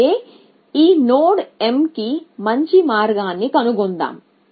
అంటే ఈ node m కి మంచి మార్గాన్ని కనుగొన్నాము